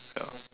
ya